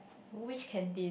which canteen